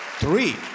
Three